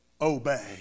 obey